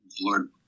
Lord